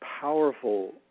powerful